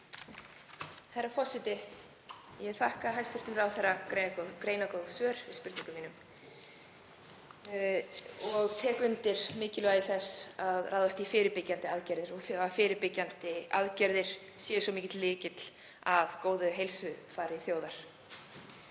Herra forseti. Ég þakka hæstv. ráðherra greinargóð svör við spurningum mínum og tek undir mikilvægi þess að ráðast í fyrirbyggjandi aðgerðir og að fyrirbyggjandi aðgerðir séu svo mikilvægur lykill að góðu heilsufari þjóðar.